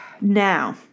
Now